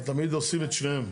אז תמיד עושים את שניהם,